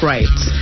Rights